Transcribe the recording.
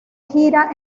gira